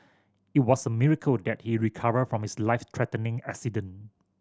it was a miracle that he recovered from his life threatening accident